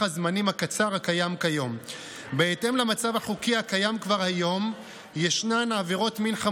הזמנים הקצר הקיים כיום ביחס לחלק מעבירות המין.